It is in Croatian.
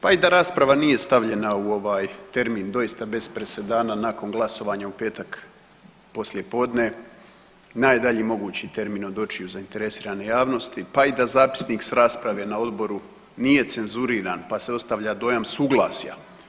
Pa i da rasprava nije stavljena u ovaj termin doista bez presedana nakon glasovanja u petak poslijepodne najdalji mogući termin od očiju zainteresirane javnosti, pa i da zapisnik s rasprave na odboru nije cenzuriran pa se ostavlja dojam suglasja.